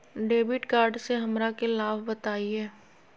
Debit card से हमरा के लाभ बताइए?